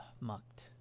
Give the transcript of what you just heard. mucked